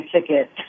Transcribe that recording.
ticket